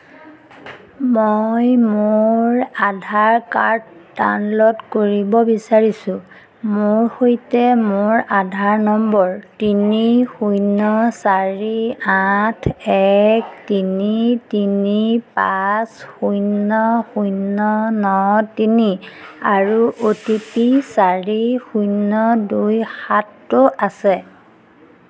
মই মোৰ Aadhaar card download কৰিব বিচাৰিছোঁ মোৰ সৈতে মোৰ আধাৰ নম্বৰ তিনি শূন্য চাৰি আঠ এক তিনি তিনি পাঁচ শূন্য শূন্য ন তিনি আৰু অ' টি পি চাৰি শূন্য দুই সাতটো আছে